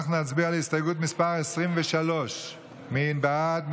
אנחנו נצביע על הסתייגות מס' 23. מי בעד?